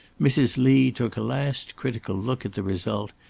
mrs. lee took a last critical look at the result,